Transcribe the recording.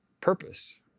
Purpose